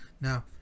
now